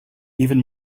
even